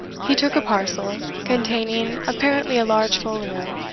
he took a parcel, containing apparently a large folio,